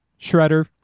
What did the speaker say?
shredder